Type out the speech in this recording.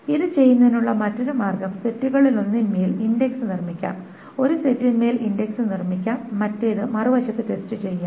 ഇത് ചെയ്യുന്നതിനുള്ള മറ്റൊരു മാർഗ്ഗം സെറ്റുകളിലൊന്നിന്മേൽ ഇൻഡെക്സ് നിർമ്മിക്കാം ഒരു സെറ്റിന്മേൽ ഇൻഡെക്സ് നിർമ്മിക്കാം മറ്റേത് മറുവശത്ത് ടെസ്റ്റ് ചെയ്യാം